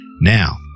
Now